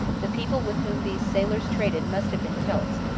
the people with whom these sailors traded must have been celts,